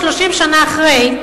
30 שנה אחרי,